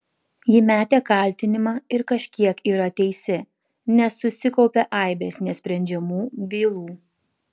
ji metė kaltinimą ir kažkiek yra teisi nes susikaupė aibės nesprendžiamų bylų